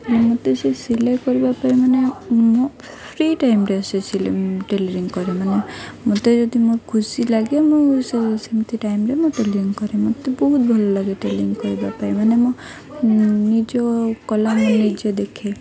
ମୋତେ ସେ ସିଲେଇ କରିବା ପାଇଁ ମାନେ ମୋ ଫ୍ରି ଟାଇମରେେ ସେ ସିଲେଇ ଟେଲିରିଂ କରେ ମାନେ ମୋତେ ଯଦି ମୋ ଖୁସି ଲାଗେ ମୁଁ ସେ ସେମିତି ଟାଇମରେ ମୁଁ ଟେଲିରିଂ କରେ ମୋତେ ବହୁତ ଭଲଲାଗେ ଟେଲିରିଂ କରିବା ପାଇଁ ମାନେ ମୋ ନିଜ କଳା ମୁଁ ନିଜେ ଦେଖେ